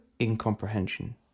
incomprehension